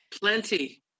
plenty